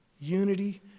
Unity